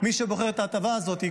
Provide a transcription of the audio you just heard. מי שבוחר את ההטבה הזאת.